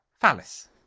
phallus